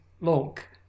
look